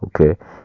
okay